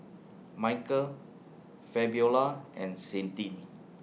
Michael Fabiola and Sydnie